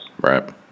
Right